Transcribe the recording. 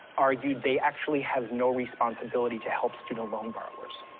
argued they actually have no responsibility to help student loan borrowers.